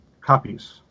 copies